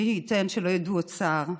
מי ייתן שלא ידעו עוד צער.